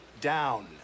down